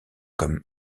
comme